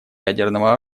ядерного